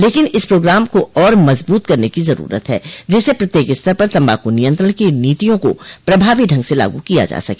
लेकिन इस प्रोग्राम को और मजबूत करने की जरूरत है जिससे प्रत्येक स्तर पर तम्बाकू नियंत्रण की नीतियों को प्रभावी ढंग से लागू किया जा सके